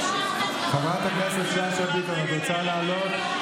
חברת הכנסת שאשא ביטון, את רוצה לעלות?